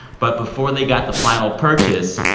but before they got the final purchase,